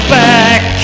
back